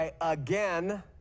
again